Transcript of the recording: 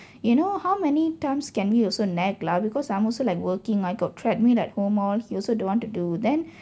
you know how many times can we also nag lah because I'm also like working I got a treadmill at home all he also don't want to do then